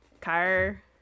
Car